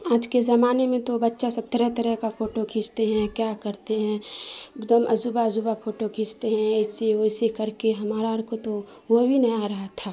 آج کے زمانے میں تو بچہ سب طرح طرح کا فوٹو کھینچتے ہیں کیا کرتے ہیں ایک دم عجوبہ عجوبہ پھوٹو کھینچتے ہیں ایسی ویسے کر کے ہمارا اور کو تو وہ بھی نہیں آ رہا تھا